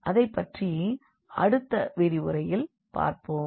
அதைப்பற்றி அடுத்த விரிவுரையில் பார்ப்போம்